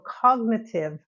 cognitive